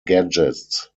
gadgets